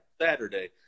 Saturday